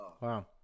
wow